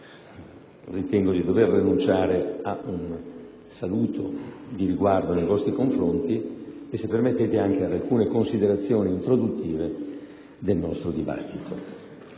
ritengo di dover rinunciare ad un saluto di riguardo nei vostri confronti e, se permettete, anche ad alcune considerazioni introduttive del nostro dibattito.